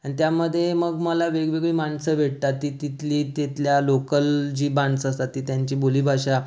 आणि त्यामध्ये मग मला वेगवेगळी माणसं भेटतात ती तिथली तिथल्या लोकल जी माणसं असतात ती त्यांची बोली भाषा